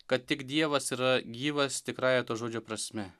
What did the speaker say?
kad tik dievas yra gyvas tikrąja to žodžio prasme